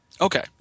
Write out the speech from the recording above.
Okay